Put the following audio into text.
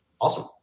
awesome